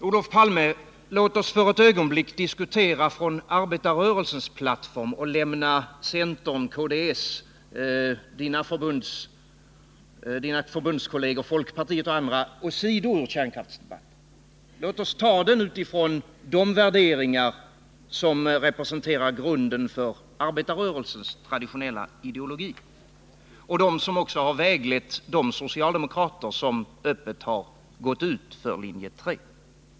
Herr talman! Låt oss, Olof Palme, för ett ögonblick diskutera från arbetarrörelsens plattform och lägga centern, kds, Olof Palmes förbundskolleger folkpartiet och andra åt sidan i kärnkraftsdebatten. Låt oss ta den debatten utifrån de värderingar som representerar grunden för arbetarrörelsens traditionella ideologi och som har väglett de socialdemokrater som öppet har gått ut för linje 3.